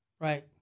Right